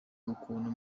ukuntu